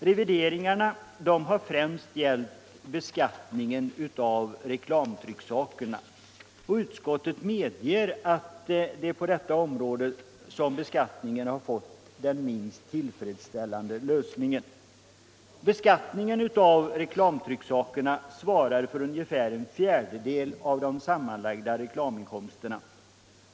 Revideringarna har främst gällt beskattningen av reklamtrycksakerna, och utskottet medger att det är på detta område som beskattningen fått den minst tillfredsställande lösningen. Beskattningen av reklamtrycksakerna svarar för ungefär en fjärdedel av de sammanlagda reklaminkomsterna.